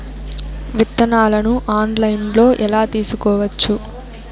విత్తనాలను ఆన్లైన్లో ఎలా తీసుకోవచ్చు